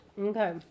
Okay